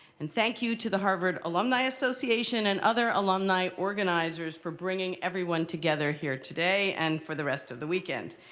and thank you to the harvard alumni association and other alumni organizers for bringing everyone together here today and for the rest of the weekend.